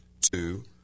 Two